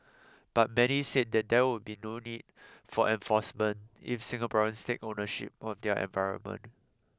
but many said there would be no need for enforcement if Singaporeans take ownership of their environment